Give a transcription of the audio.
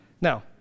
Now